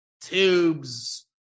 Tubes